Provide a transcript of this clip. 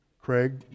Craig